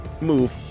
move